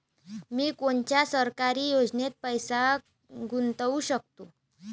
मी कोनच्या सरकारी योजनेत पैसा गुतवू शकतो?